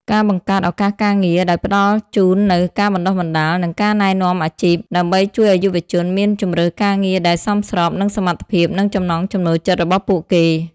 ការបង្កើតឱកាសការងារ ដោយផ្តល់ជូននូវការបណ្តុះបណ្តាល និងការណែនាំអាជីព ដើម្បីជួយឲ្យយុវជនមានជម្រើសការងារដែលសមស្របនឹងសមត្ថភាព និងចំណង់ចំណូលចិត្តរបស់ពួកគេ។